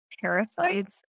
parasites